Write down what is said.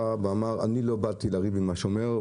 בא ואמר: אני לא באתי לריב עם השומר,